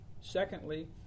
Secondly